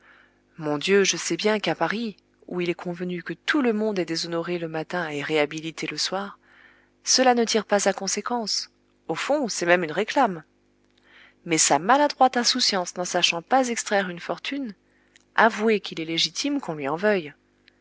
mon dieu je sais bien qu'à paris où il est convenu que tout le monde est déshonoré le matin et réhabilité le soir cela ne tire pas à conséquence au fond c'est même une réclame mais sa maladroite insouciance n'en sachant pas extraire une fortune avouez qu'il est légitime qu'on lui en veuille